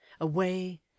Away